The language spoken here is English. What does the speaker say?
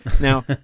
Now